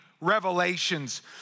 revelations